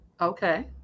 okay